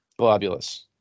Globulous